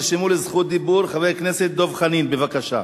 נרשמו לזכות דיבור, חבר הכנסת דב חנין, בבקשה.